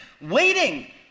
waiting